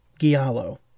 Giallo